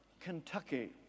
Kentucky